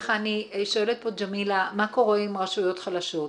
שואלת פה ג'מילה, מה קורה עם רשויות חלשות.